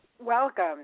Welcome